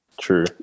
True